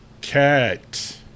Cat